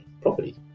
property